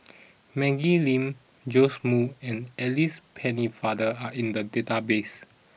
Maggie Lim Joash Moo and Alice Pennefather are in the database